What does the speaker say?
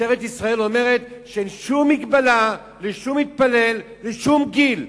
שמשטרת ישראל אומרת שאין שום מגבלה לשום מתפלל בשום גיל.